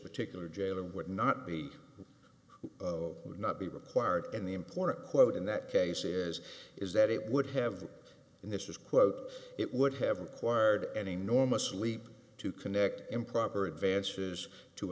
particular jail and would not be of would not be required in the important quote in that case as is that it would have been this was quote it would have required any normal sleep to connect improper advances to